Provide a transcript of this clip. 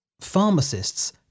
Pharmacists